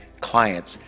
clients